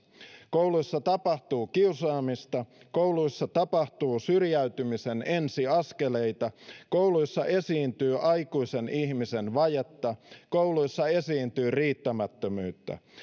kouluissa tapahtuu kiusaamista kouluissa tapahtuu syrjäytymisen ensiaskeleita kouluissa esiintyy aikuisen ihmisen vajetta kouluissa esiintyy riittämättömyyttä